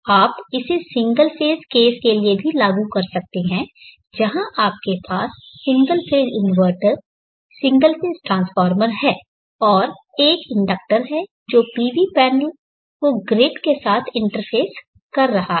आप इसे single phase case के लिए भी लागू कर सकते हैं जहां आपके पास single phase inverter single phase transformer है और एक इंडक्टर है जो पीवी पैनल को ग्रिड के साथ इंटरफ़ेस कर रहा है